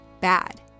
bad